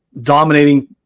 dominating